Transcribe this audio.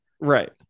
Right